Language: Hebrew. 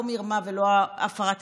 לא מרמה ולא הפרת אמונים,